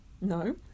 No